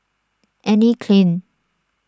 Anne Klein